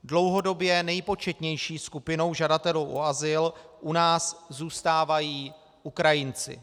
Dlouhodobě nejpočetnější skupinou žadatelů o azyl u nás zůstávají Ukrajinci.